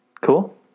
Cool